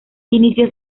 inició